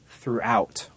throughout